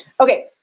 Okay